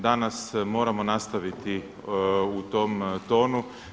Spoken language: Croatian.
Danas moramo nastaviti u tom tonu.